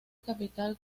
capital